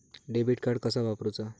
Debit card कसा वापरुचा?